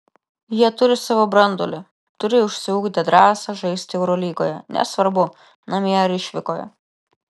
jie turi savo branduolį turi išsiugdę drąsą žaisti eurolygoje nesvarbu namie ar išvykoje